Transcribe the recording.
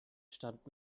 stand